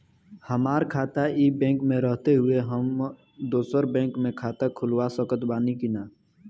हमार खाता ई बैंक मे रहते हुये हम दोसर बैंक मे खाता खुलवा सकत बानी की ना?